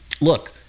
look